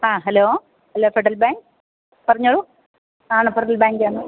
ആ hello hello Federal Bank പറഞ്ഞോളു ആണ് ഫെഡറൽ ബാങ്കാണ്